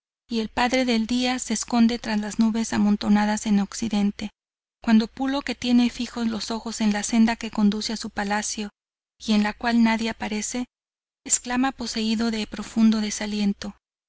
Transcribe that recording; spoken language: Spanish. y el padre del día se esconde tras las nubes amontonadas en el occidente cuando pulo que tiene fijos los ojos en la senda que conduce a su palacio y en la cual nadie aparece exclama poseído de profundo desaliento